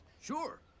Sure